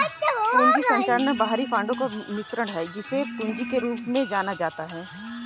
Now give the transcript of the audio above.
पूंजी संरचना बाहरी फंडों का मिश्रण है, जिसे पूंजी के रूप में जाना जाता है